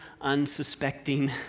unsuspecting